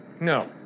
No